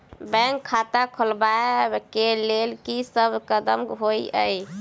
Bank खाता खोलबाबै केँ लेल की सब कदम होइ हय?